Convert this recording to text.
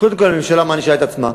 קודם כול, המדינה מענישה את עצמה.